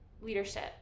leadership